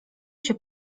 się